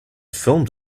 filmed